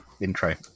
intro